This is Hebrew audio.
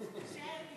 18